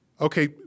okay